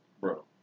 Bro